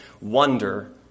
wonder